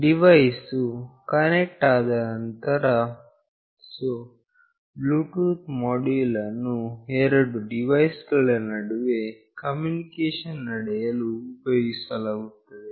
device ವು connect ಆದ ನಂತರ ಸೋ ಬ್ಲೂಟೂತ್ ಮೋಡ್ಯುಲ್ ಅನ್ನು ಎರಡು ಡಿವೈಸ್ ಗಳ ನಡುವೆ ಕಮ್ಯುನಿಕೇಶನ್ ನಡೆಸಲು ಉಪಯೋಗಿಸಲಾಗುತ್ತದೆ